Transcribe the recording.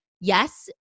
Yes